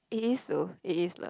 it is though it is lah